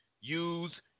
use